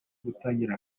gutangira